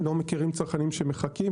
אנחנו לא מכירים צרכנים שמחכים.